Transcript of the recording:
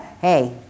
hey